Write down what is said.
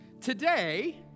today